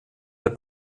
der